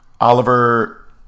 Oliver